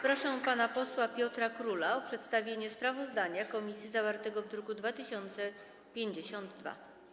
Proszę pana posła Piotra Króla o przedstawienie sprawozdania komisji zawartego w druku nr 2052.